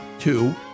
Two